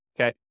okay